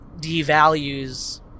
devalues